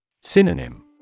Synonym